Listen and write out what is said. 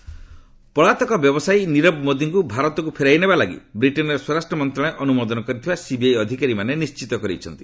ନିରବ ମୋଦୀ ପଳାତକ ବ୍ୟବସାୟ ନିରବ ମୋଦୀଙ୍କୁ ଭାରତକୁ ଫେରାଇ ନେବା ଲାଗି ବ୍ରିଟେନ୍ର ସ୍ୱରାଷ୍ଟ୍ର ମନ୍ତ୍ରଣାଳୟ ଅନୁମୋଦନ କରିଥିବା ସିବିଆଇ ଅଧିକାରୀମାନେ ନିଶ୍ଚିତ କରିଛନ୍ତି